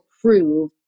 prove